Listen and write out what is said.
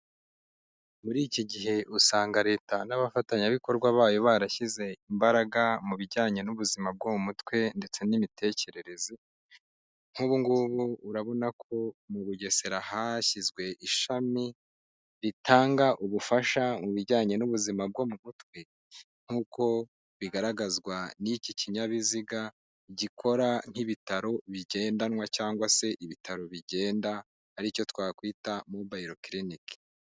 Muri iki gihe usanga leta n'abafatanyabikorwa bayo barashyize imbaraga mu bijyanye n'ubuzima bwo mu mutwe ndetse n'imitekerereze, nk'ubugubu urabona ko mu Bugesera hashyizwe ishami ritanga ubufasha mu bijyanye n'ubuzima bwo mu mutwe nk'uko bigaragazwa n'iki kinyabiziga gikora nk'ibitaro bigendanwa cyangwa se ibitaro bigenda, ari cyo twakwita mubayiro kirinike.